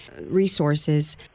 resources